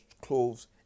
clothes